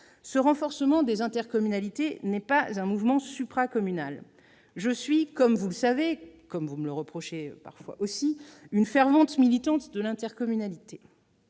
Ce renforcement des intercommunalités n'est pas un mouvement supracommunal. Je suis, comme vous le savez et comme vous me le reprochez parfois aussi, une fervente militante de l'intercommunalité.